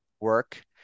work